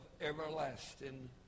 everlasting